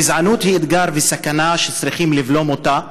גזענות היא אתגר וסכנה שצריכים לבלום אותה,